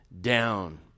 down